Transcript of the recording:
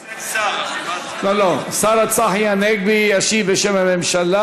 חשבתי שאין שר,